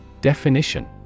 Definition